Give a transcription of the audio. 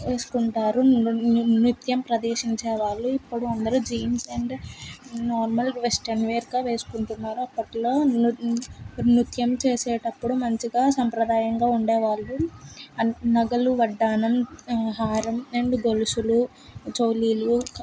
వేసుకుంటారు నృ నృత్యం ప్రదర్శించేవాళ్ళు ఇప్పడు అందరు జీన్స్ అండ్ నార్మల్ వెస్ట్రన్ వేర్గా వేసుకుంటున్నారు అప్పట్లో నృ నృత్యం చేసేటప్పుడు మంచిగా సాంప్రదాయంగా ఉండేవాళ్ళు నగలు వడ్డాణం హారం అండ్ గొలుసులు చెవులీలు